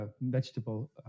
vegetable